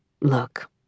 Look